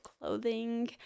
clothing